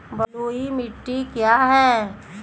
बलुई मिट्टी क्या है?